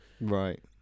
Right